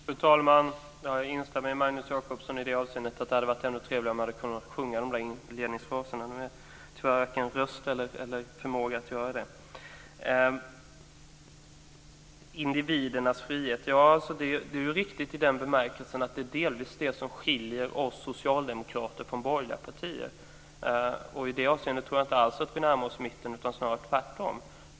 Fru talman! Jag instämmer med Magnus Jacobsson om att det skulle ha varit ännu trevligare om jag hade kunnat sjunga inledningsfraserna. Tyvärr har jag varken röst eller förmåga att göra det. Individens frihet - ja, det är riktigt, i den bemärkelsen att det delvis är det som skiljer oss socialdemokrater från borgerliga partier. I det avseendet tror jag alltså inte alls att vi närmar oss mitten, snarare tvärtom.